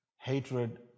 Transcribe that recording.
hatred